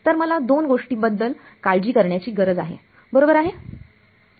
तर मला दोन गोष्टींबद्दल काळजी करण्याची गरज आहेबरोबर आहे